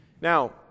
Now